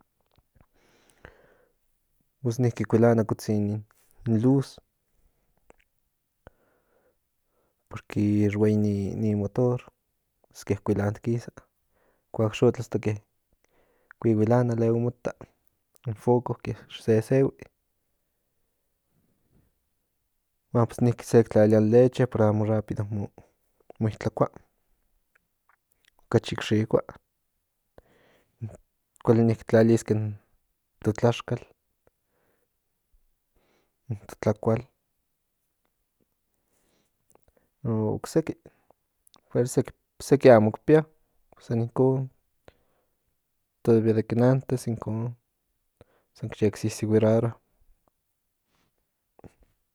Pues niki kualania kotzin in luz porque huei ni motor ke kuilantkisa kuak xotla hasta ke kuihuilana luego mota in foco ke sesehui huan pues niki sek tlalia in leche para amo rápido mo itlakua okachi xikua kuali tlaliske in to tlaxkal in to tlakual ocseki seki amok pia san inkon todavía ken antes inkon sank yek sisihuiraroa